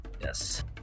Yes